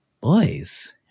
boys